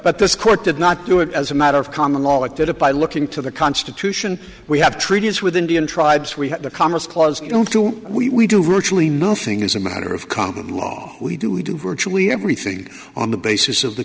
but this court did not do it as a matter of common law like did it by looking to the constitution we have treaties with indian tribes we have the commerce clause don't do we do virtually nothing as a matter of common law we do we do virtually everything on the basis of the